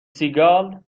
سیگال